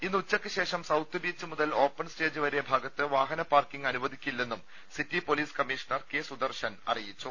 ഇന്ന് ഉച്ചക്ക് ശേഷം സൌത്ത് ബീച്ച് മുതൽ ഓപ്പൺ സ്റ്റേജ് വരെ ഭാഗത്ത് വാഹന പാർക്കിംഗ് അനുവദിക്കില്ലെന്നും city police commissioner K Sudarshan അറിയിച്ചു